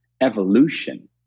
evolution